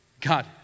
God